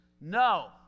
No